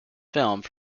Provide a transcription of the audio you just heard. filmed